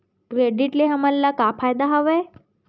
Credit ले हमन ला का फ़ायदा हवय?